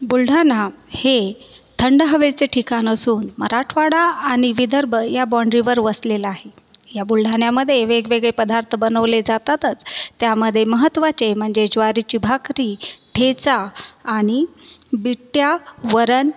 बुलढाणा हे थंड हवेचे ठिकाण असून मराठवाडा आणि विदर्भ या बाँडरीवर वसलेलं आहे या बुलढाण्यामधे वेगवेगळे पदार्थ बनवले जातातच त्यामधे महत्त्वाचे म्हणजे ज्वारीची भाकरी ठेचा आणि बिट्ट्या वरण